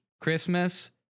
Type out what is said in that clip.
Christmas